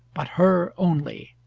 but her only.